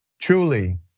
truly